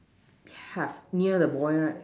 have near the boy right